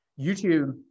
YouTube